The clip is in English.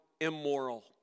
immoral